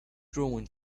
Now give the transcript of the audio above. drawing